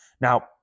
Now